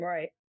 Right